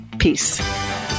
Peace